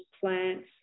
plants